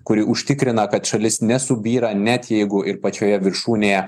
kuri užtikrina kad šalis nesubyra net jeigu ir pačioje viršūnėje